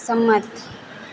સંમત